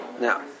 Now